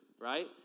right